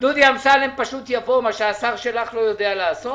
דודי אמסלם יבוא מה שהשר שלך לא יודע לעשות